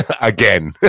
again